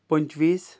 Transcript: पंचवीस